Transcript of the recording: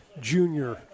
junior